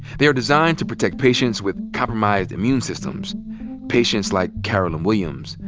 they're designed to protect patients with compromised immune systems patients like carolyn williams,